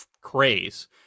craze